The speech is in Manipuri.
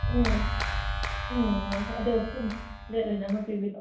ꯎꯝ ꯎꯝ ꯑꯗꯨ ꯄ꯭ꯂꯦꯠ ꯑꯣꯏꯅ ꯑꯃ ꯄꯤꯕꯤꯔꯛꯑꯣ